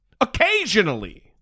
Occasionally